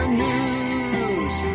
news